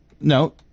No